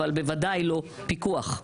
אבל בוודאי לא פיקוח,